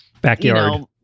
backyard